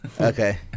Okay